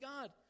God